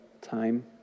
time